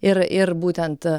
ir ir būtent